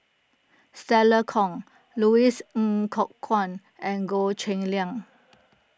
Stella Kon Louis N Kok Kwang and Goh Cheng Liang